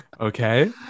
Okay